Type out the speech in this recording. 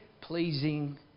pleasing